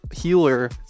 Healer